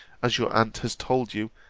as your aunt has told you,